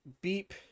beep